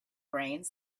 brains